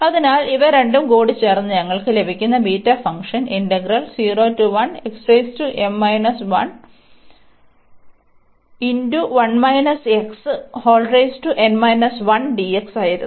അതിനാൽ ഇവ രണ്ടും കൂടിച്ചേർന്ന് ഞങ്ങൾക്ക് ലഭിക്കുന്ന ബീറ്റ ഫംഗ്ഷൻ ആയിരുന്നു